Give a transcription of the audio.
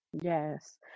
Yes